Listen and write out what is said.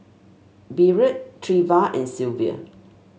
Byrd Treva and Sylvia